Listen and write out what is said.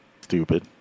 Stupid